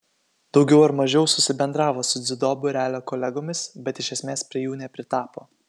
daugiau ar mažiau susibendravo su dziudo būrelio kolegomis bet iš esmės prie jų nepritapo